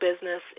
business